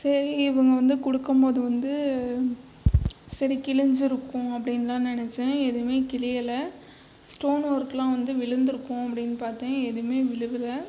சரி இவங்க வந்து கொடுக்கும் போது வந்து சரி கிழிஞ்சிருக்கும் அப்படின்லாம் நினைச்சேன் எதுவும் கிழியலை ஸ்டோன் ஒர்க்கெலாம் வந்து விழுந்திருக்கும் அப்படின்னு பார்த்தேன் எதுவும் விழுலை